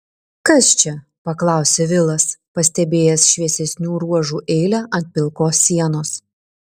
kas čia paklausė vilas pastebėjęs šviesesnių ruožų eilę ant pilkos sienos